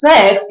Sex